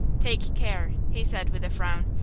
take care! he said, with a frown.